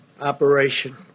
operation